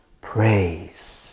praise